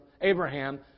Abraham